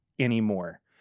anymore